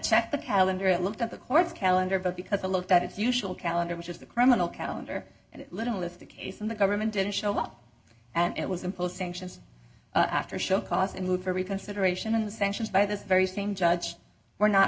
checked the calendar and looked at the court's calendar but because it looked at its usual calendar which is the criminal calendar and little is the case and the government didn't show up and it was imposed sanctions after show cause and look for reconsideration of the sanctions by this very same judge were not